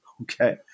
okay